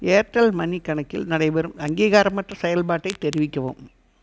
Airtel money கணக்கில் நடைபெறும் அங்கீகாரமற்ற செயல்பாட்டை தெரிவிக்கவும்